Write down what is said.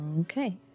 Okay